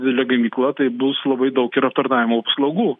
didele gamykla tai bus labai daug ir aptarnavimo paslaugų